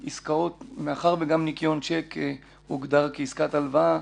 מאחר שגם ניכיון צ'ק הוגדר כעסקת הלוואה,